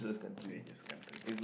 dangerous country